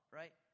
right